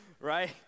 Right